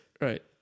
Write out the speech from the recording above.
right